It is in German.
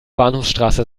bahnhofsstraße